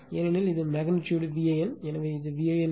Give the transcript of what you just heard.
ஏனெனில் இது magnitude Van எனவே இது Van Vp